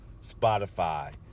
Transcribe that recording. Spotify